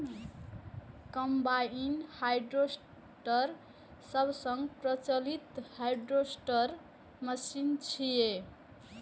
combine harvester सबसं प्रचलित harvester machine छियै